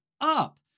up